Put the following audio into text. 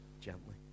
gently